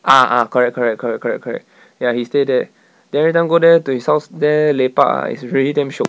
ah ah correct correct correct correct correct ya he stay there then every time go there to his house there lepak ah is really damn shiok